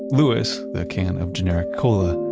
louis, the can of generic cola,